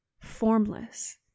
formless